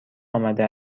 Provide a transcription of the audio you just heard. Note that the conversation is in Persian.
آمده